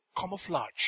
camouflage